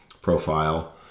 profile